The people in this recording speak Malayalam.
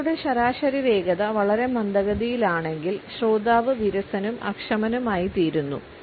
സ്പീക്കറുടെ ശരാശരി വേഗത വളരെ മന്ദഗതിയിലാണെങ്കിൽ ശ്രോതാവ് വിരസനും അക്ഷമനുമായിത്തീരുന്നു